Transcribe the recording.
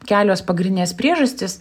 kelios pagrindinės priežastys